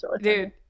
dude